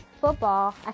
football